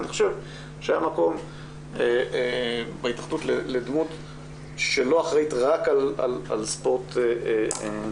אני חושב שהיה מקום בהתאחדות לדמות שלא אחראית רק על ספורט נשים.